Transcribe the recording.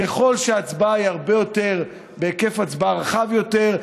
ככל שההצבעה היא בהיקף הצבעה רחב יותר,